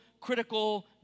critical